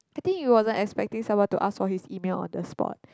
I think he wasn't expecting someone to ask for his email on the spot